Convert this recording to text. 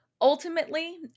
ultimately